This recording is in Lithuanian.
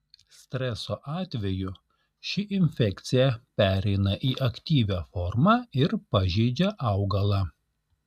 streso atveju ši infekcija pereina į aktyvią formą ir pažeidžia augalą